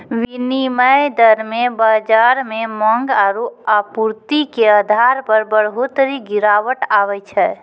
विनिमय दर मे बाजार मे मांग आरू आपूर्ति के आधार पर बढ़ोतरी गिरावट आवै छै